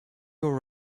your